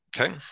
Okay